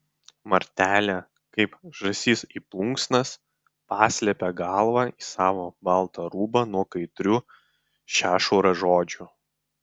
martelė kaip žąsis į plunksnas paslepia galvą į savo baltą rūbą nuo kaitrių šešuro žodžių